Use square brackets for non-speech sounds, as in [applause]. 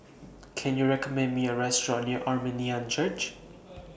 Can YOU recommend Me A Restaurant near Armenian Church [noise]